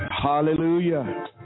Hallelujah